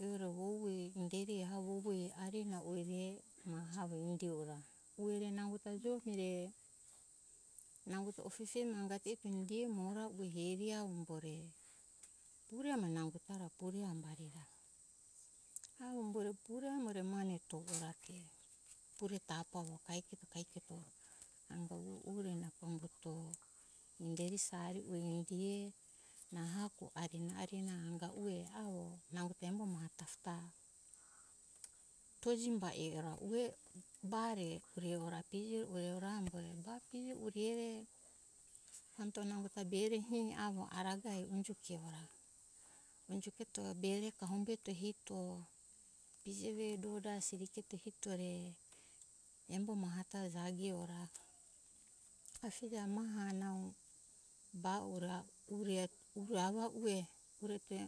Ue re vovue inderi eha vovue ari na ue re maha avo indi ora ue re nango ta joi mire nango ta o pepemi amo angato hio avo umbore ora eni avo pure amo nango ta ra pure ambari ra avo umbore pure amore re mane toro ra te pure tafa kaike to kaike to eto anga ore pure na avo umbuto inderi sari ue mihe na hako ari na anga ue avo nau embo maha tafa ta to jimba e ora ue ba re e ora beuje ue re avo re ba pije o dei re pambuto nango ta besi here avo aragai indi ora indikito be re kahumbeto hito pije ve do da wasiri ga hito re embo maha ta jage e ora afija maha nau ba ora pure avo avo ue pure be